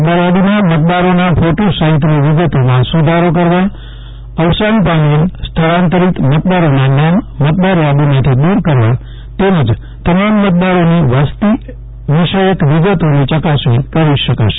મતદાર યાદીમાં મતદારોના ફોટો સફિતની વિગતોમાં સુધારો કરવા અવસાન પામેલ સ્થળાંતરિત મતદારોના નામ મતદાર યાદીમાંથી દૂર કરવા તેમજ તમામ મતદારોની વસતી વિષયક વિગતોની ચકાસણી કરી શકાશે